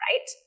right